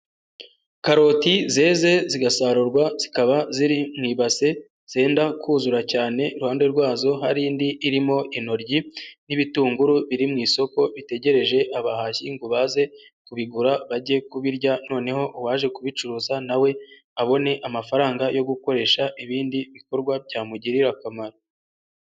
Karoti zeze, zigasarurwa zikaba ziri mu ibase zenda kuzura cyane, iruhande rwazo hari indi irimo intoryi n'ibitunguru biri mu isoko bitegereje abahashyi ngo baze kubigura, bajye kubirya noneho uwaje kubicuruza na we abone amafaranga yo gukoresha ibindi bikorwa byamugirira akamaro.